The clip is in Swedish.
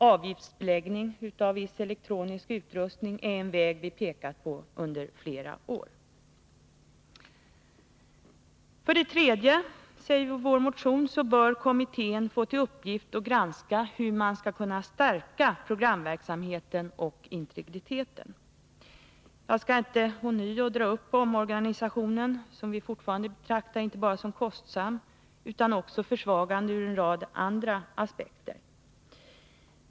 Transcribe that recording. Avgiftsbeläggning av viss elektronisk utrustning är en väg som vi pekat på under flera år. För det tredje bör kommittén, enligt vår motion, få till uppgift att granska hur man skall kunna stärka programverksamheten och integriteten. Jag skall inte ånyo ta upp omorganisationen, som vi fortfarande anser vara inte bara kostsam utan också försvagande ur en rad andra aspekter.